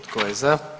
Tko je za?